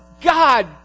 God